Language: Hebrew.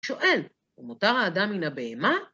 שואל, ומותר האדם לנבא מה? t,v tha ani ntus